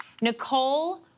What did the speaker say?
Nicole